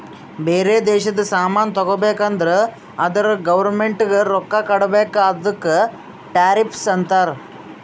ಬೇರೆ ದೇಶದು ಸಾಮಾನ್ ತಗೋಬೇಕು ಅಂದುರ್ ಅದುರ್ ಗೌರ್ಮೆಂಟ್ಗ ರೊಕ್ಕಾ ಕೊಡ್ಬೇಕ ಅದುಕ್ಕ ಟೆರಿಫ್ಸ್ ಅಂತಾರ